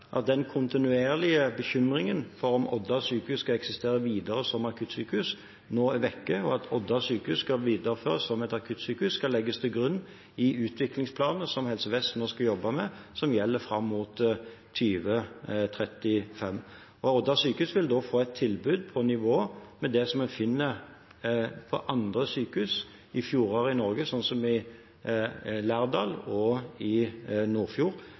at den kontinuerlige bekymringen for om Odda sykehus skal eksistere videre som akuttsykehus, nå er vekk, og at Odda sykehus skal videreføres som akuttsykehus, skal legges til grunn i utviklingsplanene som Helse Vest nå skal jobbe med, og som gjelder fram mot 2035. Odda sykehus vil da få et tilbud på nivå med det som en fant ved andre sykehus i fjoråret i Norge, slik som i Lærdal og i Nordfjord